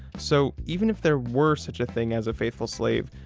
so even if there were such a thing as a faithful slave,